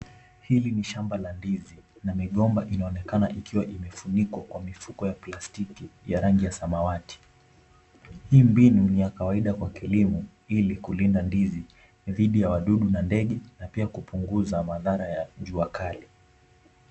Hili ni shamba la ndizi na migomba inaonekana ikiwa imefunikwa kwa mifuko ya plastiki ya rangi ya samawati. Hii mbinu ni ya kawaida kwa kilimo ili kulinda ndizi dhidi ya wadudu na ndege na pia kupunguza madhara ya juakali.